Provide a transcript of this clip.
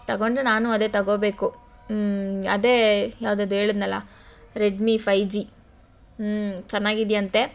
ತಗೊಂಡರೆ ನಾನು ಅದೇ ತಗೋಬೇಕು ಅದೇ ಯಾವುದದು ಹೇಳದ್ನಲ್ಲ ರೆಡ್ಮಿ ಫೈವ್ ಜಿ ಚೆನ್ನಾಗಿದೆಯಂತೆ